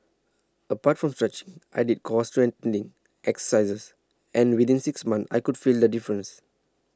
apart from stretching I did core strengthening exercises and within six months I could feel the difference